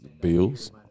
Bills